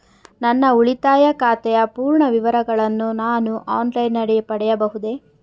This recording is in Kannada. ನನ್ನ ಉಳಿತಾಯ ಖಾತೆಯ ಪೂರ್ಣ ವಿವರಗಳನ್ನು ನಾನು ಆನ್ಲೈನ್ ನಲ್ಲಿ ಪಡೆಯಬಹುದೇ?